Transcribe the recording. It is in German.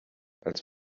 als